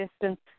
distance